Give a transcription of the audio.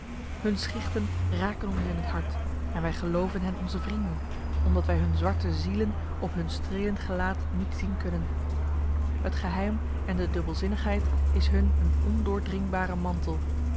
hun schichten raken ons in het hart en wij geloven hen onze vrienden omdat wij hun zwarte zielen op hun strelend gelaat niet zien kunnen het geheim en de dubbelzinnigheid is hun een ondoordringbare mantel